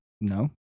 No